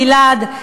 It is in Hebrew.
גלעד,